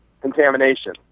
Contamination